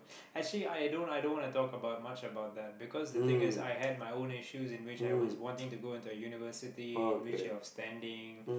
actually i don't i don't want to talk about much about that because the thing is I had my own issues in which I was wanting to go into a university in which it was pending